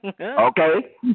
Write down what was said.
Okay